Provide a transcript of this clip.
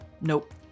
Nope